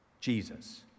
Jesus